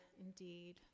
indeed